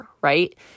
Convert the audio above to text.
right